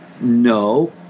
No